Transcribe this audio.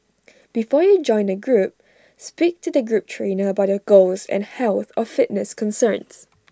before you join A group speak to the group trainer about your goals and health or fitness concerns